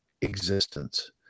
existence